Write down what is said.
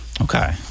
Okay